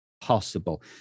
possible